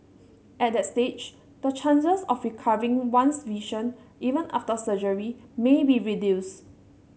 at that stage the chances of recovering one's vision even after surgery may be reduced